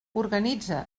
organitza